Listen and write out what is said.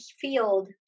field